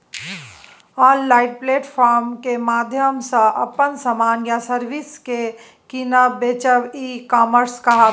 online platform केर माध्यमसँ अपन समान या सर्विस केँ कीनब बेचब ई कामर्स कहाबै छै